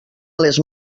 les